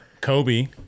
Kobe